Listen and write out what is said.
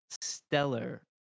stellar